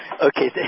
Okay